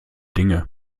dinge